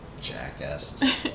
jackass